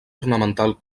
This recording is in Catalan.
ornamental